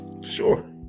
Sure